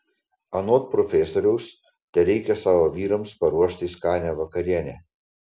anot profesoriaus tereikia savo vyrams paruošti skanią vakarienę